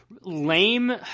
lame